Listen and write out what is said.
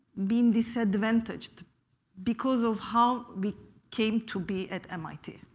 been disadvantaged because of how we came to be at mit,